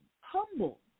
humble